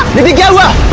let me go!